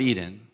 Eden